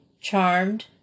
Charmed